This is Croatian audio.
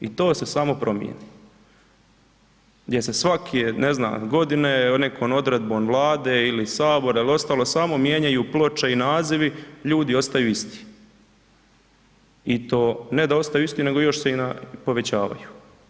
I to se samo promijeni, gdje se svake godine nekom odredbom Vlade ili Sabora ili ostalo samo mijenjaju ploče i nazivi, ljudi ostaju isti i to ne da ostaju isti nego još se i povećavaju.